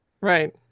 Right